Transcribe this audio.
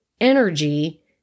energy